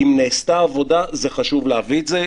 אם נעשתה עבודה זה חשוב להביא את זה.